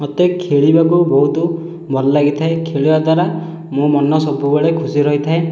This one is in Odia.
ମୋତେ ଖେଳିବାକୁ ବହୁତ ଭଲ ଲାଗିଥାଏ ଖେଳିବା ଦ୍ୱାରା ମୋ ମନ ସବୁବେଳେ ଖୁସି ରହିଥାଏ